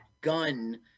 gun